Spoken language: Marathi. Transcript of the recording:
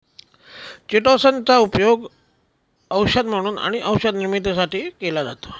चिटोसन चा उपयोग औषध म्हणून आणि औषध निर्मितीसाठी केला जातो